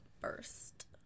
first